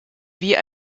wie